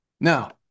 Now